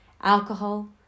alcohol